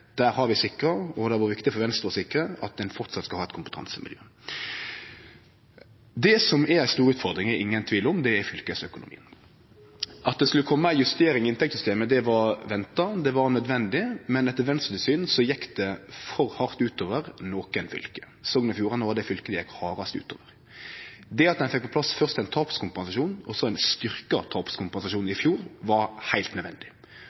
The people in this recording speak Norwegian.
Der har vi sikra, og det har vore viktig for Venstre å sikre, at ein framleis skal ha eit kompetansemiljø. Det som er ei stor utfordring – det er det ingen tvil om – er fylkesøkonomien. At det skulle kome ei justering i inntektssystemet, det var venta, det var nødvendig, men etter Venstres syn gjekk det for hardt ut over nokre fylke. Sogn og Fjordane var det fylket det gjekk hardast ut over. Det at ein fekk på plass først ein tapskompensasjon, og så ein styrkt tapskompensasjon i fjor, var heilt nødvendig.